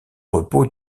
repos